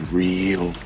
real